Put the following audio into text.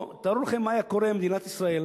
תארו לכם מה היה קורה אם מדינת ישראל